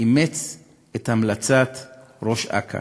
אימץ את המלצת ראש אכ”א.